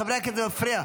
חברי הכנסת, זה מפריע.